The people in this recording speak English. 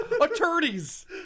attorneys